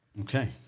Okay